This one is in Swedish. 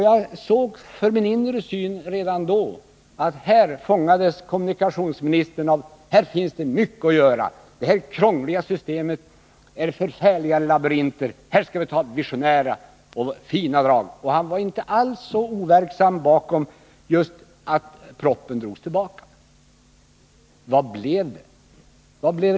Jag såg för min inre syn redan då att kommunikationsministern fångades av tanken: Här finns det mycket att göra — i det här krångliga systemet finns det härliga labyrinter, så här behövs det visionära och fina drag. Och han var inte alls overksam i bakgrunden när propositionen drogs tillbaka. Vad blev resultatet?